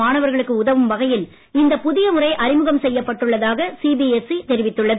மாணவர்களுக்கு உதவும் வகையில் இந்த புதிய முறை அறிமுகம் செய்யப்பட்டுள்ளதாக சிபிஎஸ்இ தெரிவித்துள்ளது